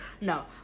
No